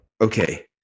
Okay